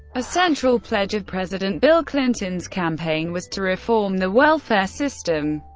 a central pledge of president bill clinton's campaign was to reform the welfare system,